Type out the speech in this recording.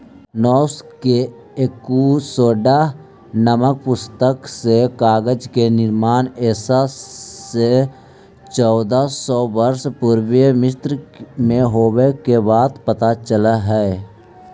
नैश के एकूसोड्स् नामक पुस्तक से कागज के निर्माण ईसा से चौदह सौ वर्ष पूर्व मिस्र में होवे के बात पता चलऽ हई